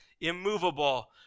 immovable